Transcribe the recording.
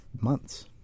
months